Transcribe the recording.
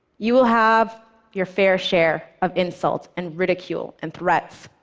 you will have your fair share of insults and ridicule and threats.